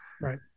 right